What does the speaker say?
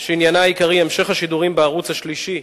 שעניינה העיקרי המשך השידורים בערוץ השלישי,